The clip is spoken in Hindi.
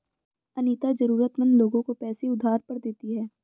अनीता जरूरतमंद लोगों को पैसे उधार पर देती है